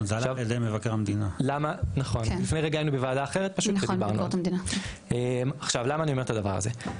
עכשיו למה אני אומר את הדבר הזה?